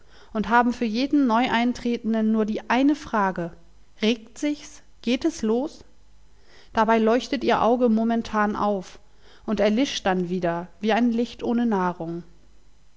und haben für jeden neueintretenden nur die eine frage regt sich's geht es los dabei leuchtet ihr auge momentan auf und erlischt dann wieder wie ein licht ohne nahrung